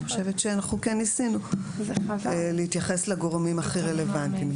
אני חושבת שאנחנו כן ניסינו להתייחס לגורמים הכי רלוונטיים.